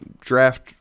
draft